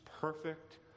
perfect